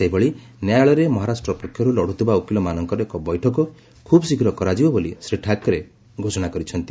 ସେହିଭଳି ନ୍ୟାୟାଳୟରେ ମହାରାଷ୍ଟ୍ର ପକ୍ଷରୁ ଲଢ଼ୁଥିବା ଓକିଲମାନଙ୍କର ଏକ ବୈଠକ ଖୁବ୍ଶୀଘ୍ର କରାଯିବ ବୋଲି ଶ୍ରୀ ଠାକରେ ଘୋଷଣା କରିଛନ୍ତି